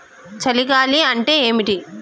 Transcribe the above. చలి గాలి అంటే ఏమిటి?